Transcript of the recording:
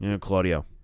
Claudio